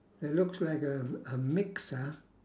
that looks like a a mixer